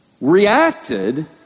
reacted